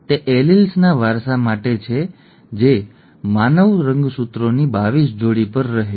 તે એલીલ્સના વારસા માટે છે જે માનવ રંગસૂત્રોની 22 જોડી પર રહે છે